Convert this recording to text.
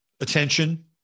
attention